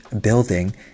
building